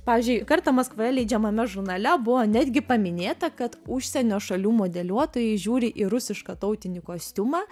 pavyzdžiui kartą maskvoje leidžiamame žurnale buvo netgi paminėta kad užsienio šalių modeliuotojai žiūri į rusišką tautinį kostiumą